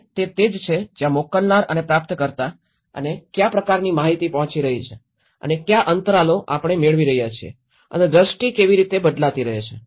અને તે તે જ છે જ્યાં મોકલનાર અને પ્રાપ્તકર્તા અને કયા પ્રકારની માહિતી પહોંચી રહી છે અને કયા અંતરાલો આપણે મેળવી રહ્યા છીએ અને દ્રષ્ટિ કેવી રીતે બદલાતી રહે છે